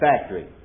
factory